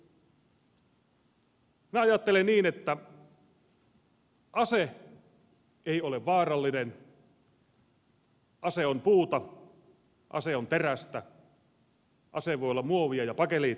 minä ajattelen niin että ase ei ole vaarallinen ase on puuta ase on terästä ase voi olla muovia ja bakeliittia